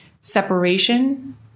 separation